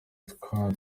twa